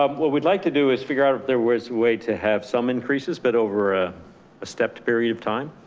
um what we'd like to do is figure out if there was a way to have some increases, but over a stepped period of time.